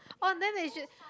orh then they should